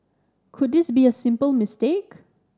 could this be a simple mistake